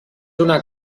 una